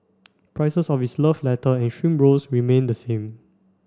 prices of its love letter and shrimp rolls remain the same